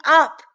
up